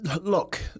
look